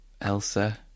Elsa